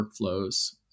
workflows